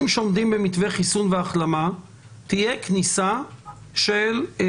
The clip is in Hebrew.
שעומדים במתווה חיסון והחלמה להיכנס לאירועי